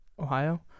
Ohio